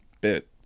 bit